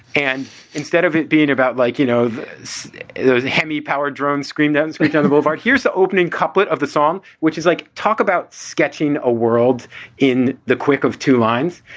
and instead of it being about like, you know, this was a hemi powered drone scream that is on the move out. here's the opening couplet of the song, which is like talk about sketching a world in the quick of two lines.